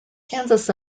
kansas